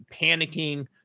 panicking